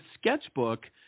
sketchbook